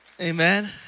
Amen